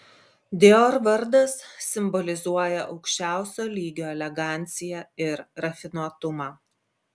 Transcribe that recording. dior vardas simbolizuoja aukščiausio lygio eleganciją ir rafinuotumą